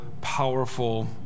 powerful